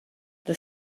the